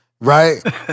right